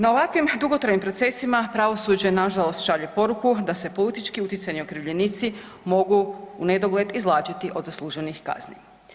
No ovakvim dugotrajnim procesima pravosuđe nažalost šalje poruku da se politički utjecajni okrivljenici mogu u nedogled izvlačiti od zasluženih kazni.